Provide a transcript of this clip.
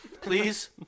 Please